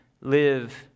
live